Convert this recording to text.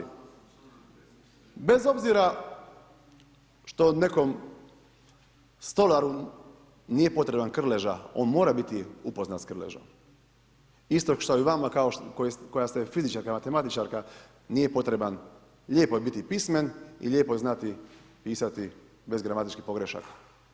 Bez obzira što nekom stolaru nije potreban Krleža, on mora biti upoznat s Krležom, isto što i vama koja ste fizičarka, matematičarka nije potreban, lijepo je biti pismen i lijepo je znati pisati bez gramatičkih pogrešaka.